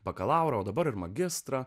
bakalauro o dabar ir magistrą